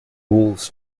wolves